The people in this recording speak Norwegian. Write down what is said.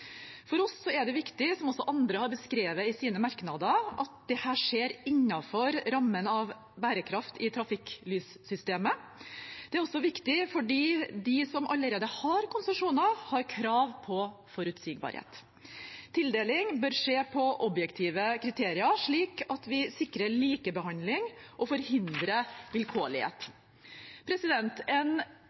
For oss er det viktig, som også andre har beskrevet i sine merknader, at dette skjer innenfor rammen av bærekraft i trafikklyssystemet. Det er også viktig fordi de som allerede har konsesjoner, har krav på forutsigbarhet. Tildeling bør skje på objektive kriterier, slik at vi sikrer likebehandling og forhindrer vilkårlighet. En